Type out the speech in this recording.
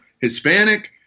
Hispanic